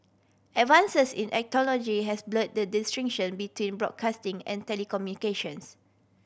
advances in has blur the distinction between broadcasting and telecommunications